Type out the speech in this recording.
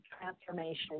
transformation